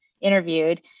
interviewed